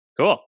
Cool